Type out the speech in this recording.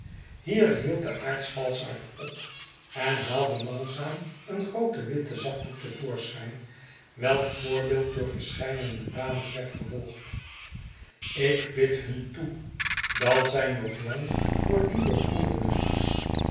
hier hield de aartsvalschaard op en haalde langzaam een grooten witten zakdoek te voorschijn welk voorbeeld door verscheiden dames werd gevolgd ik bid hun toe dat zij nog lang voor die beproevingen